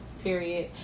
period